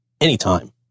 anytime